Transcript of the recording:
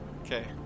Okay